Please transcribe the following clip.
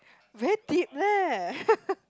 very deep leh